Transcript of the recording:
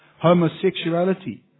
homosexuality